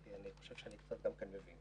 כי אני חושב שאני גם כן קצת מבין.